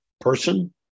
person